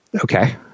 Okay